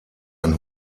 ein